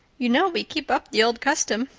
you know we keep up the old custom.